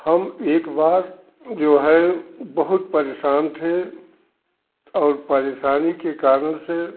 हम एक बार जो है बहुत परेशान थे और परेशानी के कारण से